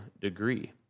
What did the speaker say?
degree